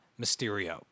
Mysterio